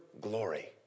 glory